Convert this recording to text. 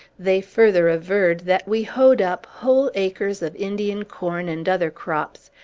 they further averred that we hoed up whole acres of indian corn and other crops,